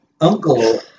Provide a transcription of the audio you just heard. uncle